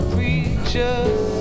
Preachers